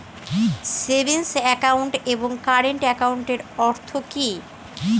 Savings account এবং current একাউন্টের অর্থ কি?